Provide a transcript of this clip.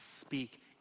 speak